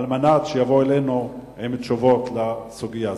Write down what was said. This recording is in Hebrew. על מנת שיבואו אלינו עם תשובות בסוגיה הזאת.